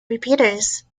repeaters